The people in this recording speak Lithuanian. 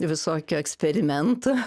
visokių eksperimentų